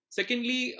Secondly